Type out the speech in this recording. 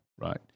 right